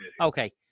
Okay